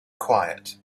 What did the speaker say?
quiet